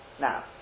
Now